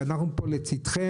ואנחנו פה לצדכם,